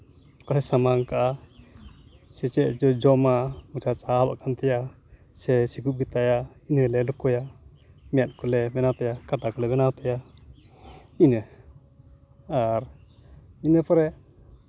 ᱚᱠᱟ ᱥᱮᱫ ᱮ ᱥᱟᱢᱟᱝ ᱟᱠᱟᱫᱼᱟ ᱥᱮ ᱪᱮᱫ ᱡᱚᱢᱟ ᱢᱚᱪᱟ ᱪᱟᱦᱟᱵ ᱟᱠᱟᱱ ᱛᱟᱭᱟ ᱥᱮ ᱥᱤᱠᱩᱵ ᱜᱮᱛᱟᱭᱟ ᱤᱱᱟᱹᱞᱮ ᱞᱚᱠᱠᱷᱚᱭᱟ ᱢᱮᱫ ᱠᱚᱞᱮ ᱵᱮᱱᱟᱣ ᱛᱟᱭᱟ ᱠᱟᱴᱟ ᱠᱚᱞᱮ ᱵᱮᱱᱟᱣ ᱛᱟᱭᱟ ᱤᱱᱟᱹ ᱟᱨ ᱤᱱᱟᱹ ᱯᱚᱨᱮ